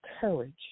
courage